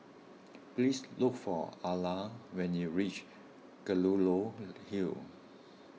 please look for Arla when you reach Kelulut Hill